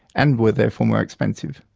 and were therefore more expensive.